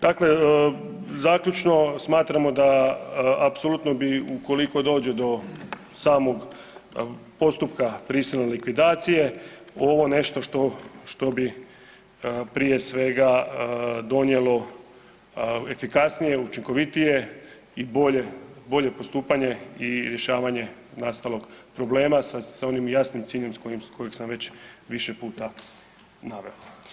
Dakle, zaključno, smatramo da apsolutno bi, ukoliko dođe do samog postupka prisilne likvidacije, ovo nešto što bi prije svega, donijelo efikasnije, učinkovitije i bolje postupanje i rješavanje nastalog problema sa onim jasnim ciljem kojeg sam već više puta naveo.